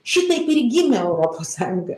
šitaip ir gimė europos sąjunga